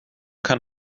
kann